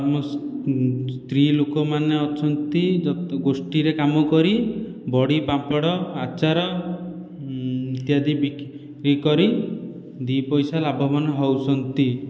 ଆମ ସ୍ତ୍ରୀ ଲୋକମାନେ ଅଛନ୍ତି ଗୋଷ୍ଠୀରେ କାମ କରି ବଡ଼ି ପାମ୍ପଡ଼ ଆଚାର ଇତ୍ୟାଦି ବିକ୍ରି କରି ଦୁଇ ପଇସା ଲାଭବାନ ହେଉଛନ୍ତି